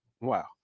Wow